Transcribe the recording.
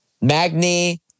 Magni